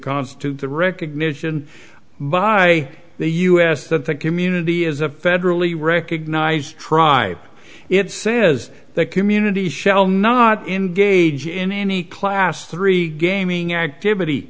constitute the recognition by the u s that that community is a federally recognized tribes it says that community shall not engage in any class three gaming activity